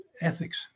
ethics